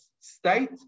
state